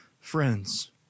friends